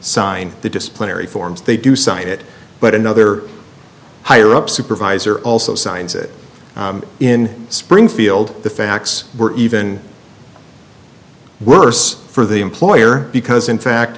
sign the disciplinary forms they do cite it but another higher up supervisor also signs it in springfield the facts were even worse for the employer because in fact